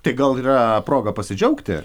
tai gal yra proga pasidžiaugti